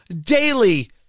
daily